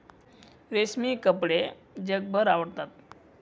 रेशमी कपडे जगभर आवडतात